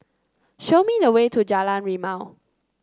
show me the way to Jalan Rimau